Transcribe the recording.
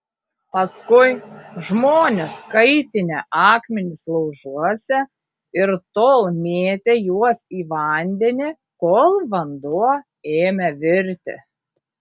paskui žmonės kaitinę akmenis laužuose ir tol mėtę juos į vandenį kol vanduo ėmė virti